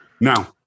Now